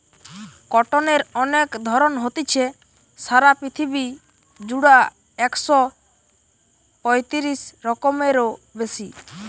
কটনের অনেক ধরণ হতিছে, সারা পৃথিবী জুড়া একশ পয়তিরিশ রকমেরও বেশি